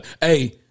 hey